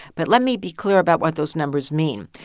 but let me be clear about what those numbers mean.